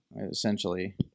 essentially